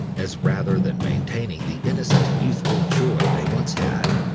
as rather than maintaining the innocent, youthful joy they once had,